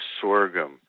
sorghum